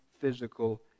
physical